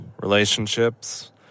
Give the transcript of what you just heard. relationships